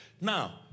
Now